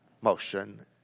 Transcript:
motion